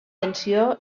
intenció